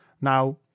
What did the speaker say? Now